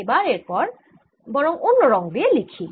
এবার এর পরে বরং অন্য রঙ দিয়ে লিখি